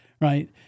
right